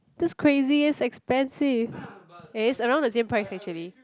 that's crazy it's expensive eh it's around the same price actually